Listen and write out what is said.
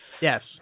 Yes